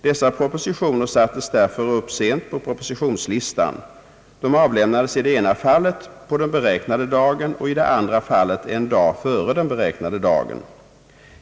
Dessa propositioner sattes därför upp sent på propositionslistan. De avlämnades i det ena fallet på den beräknade dagen och i det andra fallet en dag före den beräknade dagen.